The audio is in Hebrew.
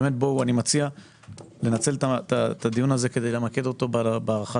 אני מציע שננצל את הדיון הזה כדי להתמקד בהארכה